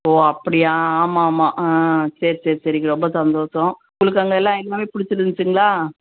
ஓ அப்படியா ஆமாம் ஆமாம் ஆ சரி சரி சரிங்க ரொம்ப சந்தோஷம் உங்களுக்கு அங்கே எல்லாம் பிடிச்சிருந்துச்சிங்களா